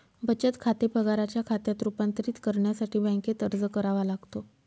बचत खाते पगाराच्या खात्यात रूपांतरित करण्यासाठी बँकेत अर्ज करावा लागतो